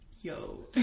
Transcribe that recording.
Yo